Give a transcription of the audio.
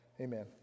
Amen